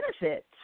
benefits